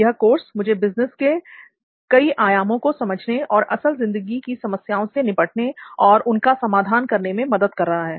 यह कोर्स मुझे बिज़नेस के कई आयामों को समझने और असल जिंदगी की समस्याओं से निपटने और उनका समाधान करने में मदद कर रहा है